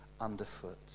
underfoot